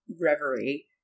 reverie